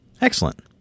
excellent